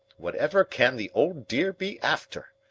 whatever can the old dear be after?